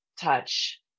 touch